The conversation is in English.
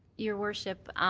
your worship,